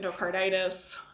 endocarditis